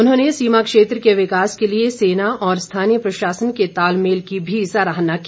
उन्होंने सीमा क्षेत्र के विकास के लिए सेना और स्थानीय प्रशासन के तालमेल की भी सराहना की